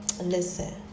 listen